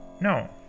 No